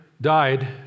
died